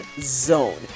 zone